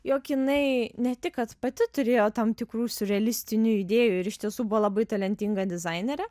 jog jinai ne tik kad pati turėjo tam tikrų siurrealistinių idėjų ir iš tiesų buvo labai talentinga dizainerė